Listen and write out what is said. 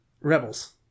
Rebels